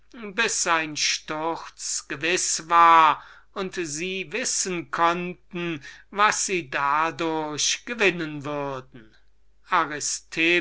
als sein sturz gewiß war und sie wissen konnten was sie dadurch gewinnen würden